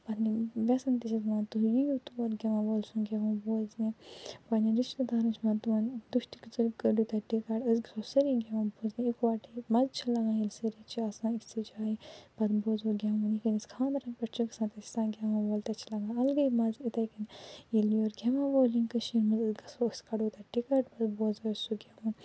پَنٕنٮ۪ن وٮ۪سَن تہِ چھِس بہٕ ونان تُہۍ یِیو تور گٮ۪وَن وٲلۍ سُنٛد گٮ۪وُن بوزنہِ پَنٕنٮ۪ن رِشتہٕ دارَن چھُ پٮ۪وان ونُن تُہۍ تہِ کٔڈۍزیٚو تَتہِ ٹِکَٹ أسۍ گژھو سٲری گٮ۪وُن بوزنہِ اَکہٕ وَٹے مَزٕ چھُ لَگان ییٚلہِ سٲری چھِ آسان أکۍ سٕے جایہِ پَتہٕ بوزو گٮ۪وُن ییٚلہِ أسۍ خانٛدرَن پٮ۪ٹھ چھُ گژھان تَتہِ چھُ آسان گٮ۪وَن وول تَتہِ چھُ اَلگٕے مَزٕ یِتھٕے کَنۍ ییٚلہِ یور گٮ۪وَن وول یِنۍ کٔشیٖرِ منٛز أسۍ گژھو أسۍ کَڈو تَتہِ ٹِکَٹ تہٕ بوزو أسۍ سُہ گٮ۪وُن